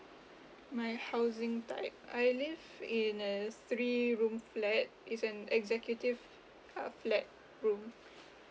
my housing type I live in a three rooms flat it's an executive ah flat room